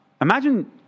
Imagine